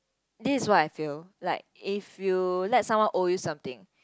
this is what I feel like if you let someone owe you something